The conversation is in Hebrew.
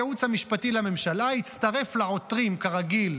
בא הייעוץ המשפטי לממשלה, הצטרף לעותרים, כרגיל,